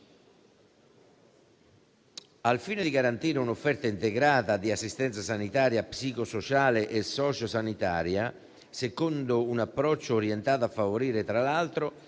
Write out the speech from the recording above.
Al fine di garantire un'offerta integrata di assistenza sanitaria, psicosociale e sociosanitaria, secondo un approccio orientato a favorire, tra l'altro,